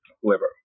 whoever